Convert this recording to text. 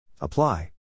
Apply